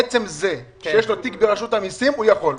עצם זה שיש לו תיק ברשות המיסים הוא יכול.